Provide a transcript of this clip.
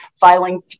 filing